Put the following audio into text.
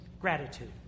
gratitude